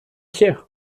hier